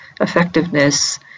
effectiveness